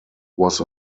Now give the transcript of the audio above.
was